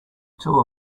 two